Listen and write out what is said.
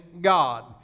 God